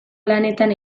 lanetan